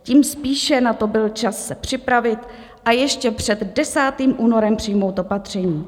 Tím spíše na to byl čas se připravit a ještě před 10. únorem přijmout opatření.